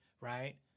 Right